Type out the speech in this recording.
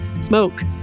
smoke